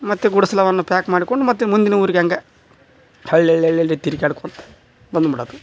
ಮತ್ತೆ ಗುಡ್ಸ್ಲವನ್ನ ಪ್ಯಾಕ್ ಮಾಡ್ಕೊಂಡು ಮತ್ತೆ ಮುಂದಿನ ಊರಿಗೆ ಹಂಗ ಹಳ್ಳಳ್ಳಳ್ಳಳ್ಳಿ ತಿರ್ಗ್ಯಾಡ್ಕೊಳ್ತಾ ಬಂದ್ಬಿಡದು